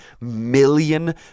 million